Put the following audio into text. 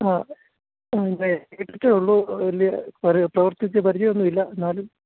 ആ എത്തിയേ ഉള്ളൂ വലിയ പ്രവർത്തിച്ച് പരിചയമൊന്നൂല്ല എന്നാലും